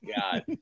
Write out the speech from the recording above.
god